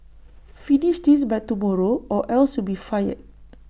finish this by tomorrow or else you'll be fired